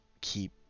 keep